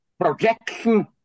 projection